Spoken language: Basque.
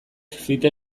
fite